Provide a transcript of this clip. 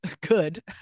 good